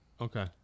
okay